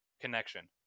connection